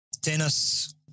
Dennis